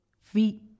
feet